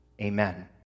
Amen